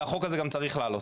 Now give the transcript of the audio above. והחוק הזה גם צריך לעלות.